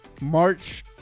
March